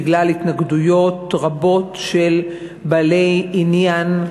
בגלל התנגדויות רבות של בעלי עניין,